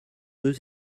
deux